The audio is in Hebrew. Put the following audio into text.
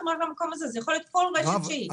זה יכול להיות כל רשת שהיא,